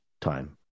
time